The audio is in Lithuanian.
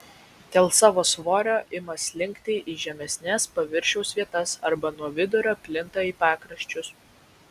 dėl savo svorio ima slinkti į žemesnes paviršiaus vietas arba nuo vidurio plinta į pakraščius